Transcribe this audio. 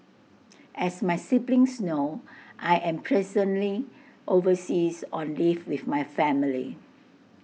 as my siblings know I am presently overseas on leave with my family